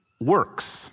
Works